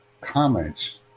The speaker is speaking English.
comments